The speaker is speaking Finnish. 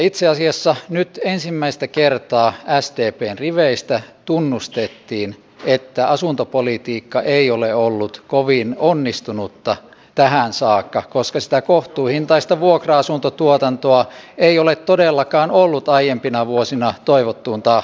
itse asiassa nyt ensimmäistä kertaa sdpn riveistä tunnustettiin että asuntopolitiikka ei ole ollut kovin onnistunutta tähän saakka koska sitä kohtuuhintaista vuokra asuntotuotantoa ei ole todellakaan ollut aiempina vuosina toivottuun tahtiin